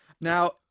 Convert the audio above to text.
Now